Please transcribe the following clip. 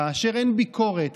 כאשר אין ביקורת,